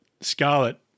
Scarlet